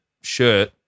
shirt